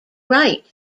right